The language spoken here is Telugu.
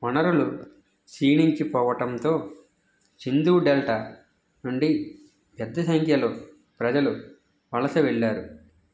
వనరులు క్షీణించి పోవటంతో సింధూ డెల్టా నుండి పెద్ద సంఖ్యలో ప్రజలు వలస వెళ్ళారు